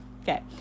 Okay